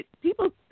people